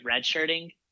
redshirting